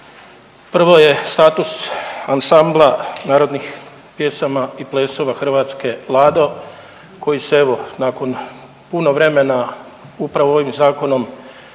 prvo je status Ansambla narodnih pjesama i plesova Hrvatske Lado koji se evo nakon puno vremena upravo ovim zakonom